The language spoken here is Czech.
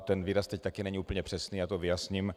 Ten výraz teď taky není úplně přesný, já to vyjasním...